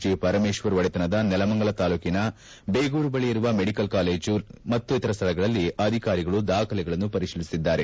G Parameshwar ಒಡೆತನದ ನೆಲಮಂಗಲ ಶಾಲೂಕಿನ ಟಿಬೇಗೂರು ಬಳಿ ಇರುವ ಸಿದ್ಧಾರ್ಥ ಮೆಡಿಕಲ್ ಕಾಲೇಜು ಮಕ್ತಿತರ ಸ್ಥಳಗಳಲ್ಲಿ ಅಧಿಕಾರಿಗಳು ದಾಖಲೆಗಳನ್ನು ಪರಿಶೀಲಿಸುತ್ತಿದ್ದಾರೆ